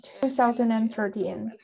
2013